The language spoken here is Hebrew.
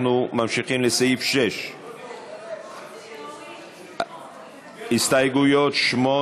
אנחנו ממשיכים לסעיף 6. הסתייגויות 8